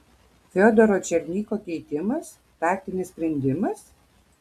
fiodoro černycho keitimas taktinis sprendimas